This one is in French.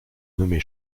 nommée